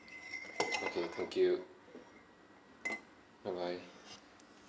okay thank you bye bye